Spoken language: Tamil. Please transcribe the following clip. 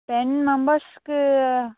டென் மெம்பர்ஸுக்கு